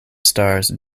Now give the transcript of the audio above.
stars